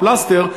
בפלסטר,